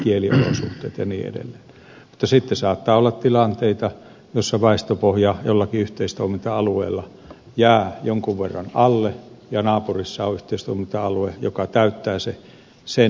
mutta sitten saattaa olla tilanteita joissa väestöpohja jollakin yhteistoiminta alueella jää jonkun verran alle ja naapurissa on yhteistoiminta alue joka täyttää sen